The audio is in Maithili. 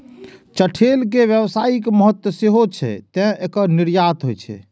चठैल के व्यावसायिक महत्व सेहो छै, तें एकर निर्यात होइ छै